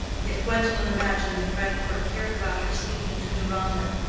if gwendolen imagined that grandcourt cared about her speaking to deronda,